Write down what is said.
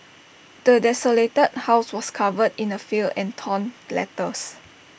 the desolated house was covered in filth and torn letters